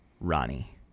Ronnie